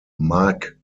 mark